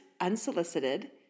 unsolicited